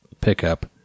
pickup